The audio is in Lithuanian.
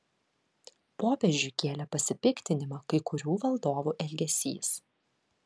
popiežiui kėlė pasipiktinimą kai kurių valdovų elgesys